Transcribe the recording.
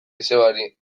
izebari